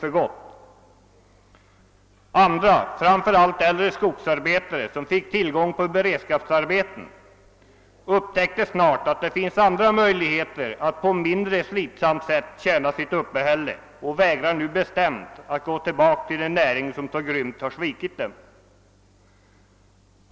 Andra skogsarbetare, framför allt de äldre, upptäckte snart när de fick tillgång till beredskapsarbeten att det fanns möjligheter att på ett mindre slitsamt sätt tjäna sitt uppehälle, och de vägrar nu bestämt att gå tillbaka till den näring som så grymt har svikit dem.